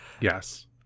yes